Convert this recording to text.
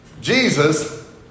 Jesus